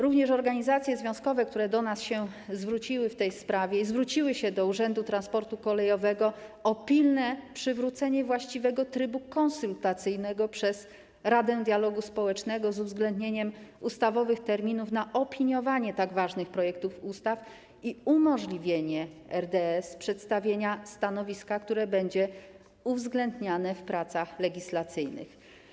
Również organizacje związkowe, które zwróciły się do nas w tej sprawie, zwróciły się do Urzędu Transportu Kolejowego o pilne przywrócenie właściwego trybu konsultacyjnego przez Radę Dialogu Społecznego z uwzględnieniem ustawowych terminów na opiniowanie tak ważnych projektów ustaw i umożliwienie RDS przedstawienia stanowiska, które będzie brane pod uwagę w pracach legislacyjnych.